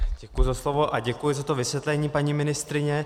Děkuji za slovo a děkuji za to vysvětlení, paní ministryně.